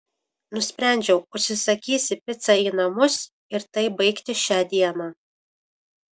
nusprendžiau užsisakysi picą į namus ir taip baigti šią dieną